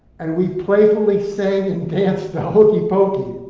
and we playfully sang and danced the hokey pokey.